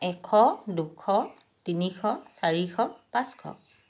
এশ দুশ তিনিশ চাৰিশ পাঁচশ